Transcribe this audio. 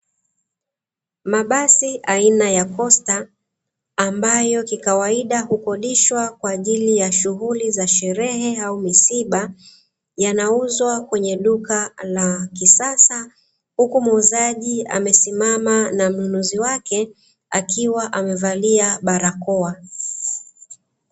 Mabasi aina ya kosta, ambayo kikawaida hukodishwa kwa ajili ya shughuli za sherehe au misiba, yanauzwa kwenye duka la kisasa, huku muuzaji amesimama na mnunuzi wake akiwa amevalia barakoa.